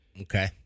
Okay